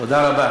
תודה רבה.